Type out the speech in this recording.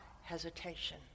hesitation